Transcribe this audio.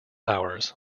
hours